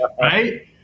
Right